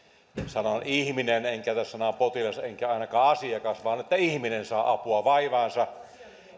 sanon ihminen en käytä sanaa potilas enkä ainakaan asiakas että ihminen saa apua vaivaansa